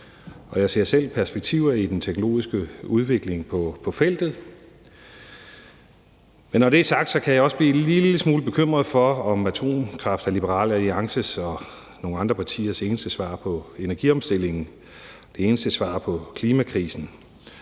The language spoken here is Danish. jeg ser selv perspektiver i den teknologiske udvikling på feltet. Når det er sagt, kan jeg også blive en lille smule bekymret for, om atomkraft er Liberal Alliances og nogle andre partiers eneste svar på energiomstillingen, det eneste svar på klimakrisen.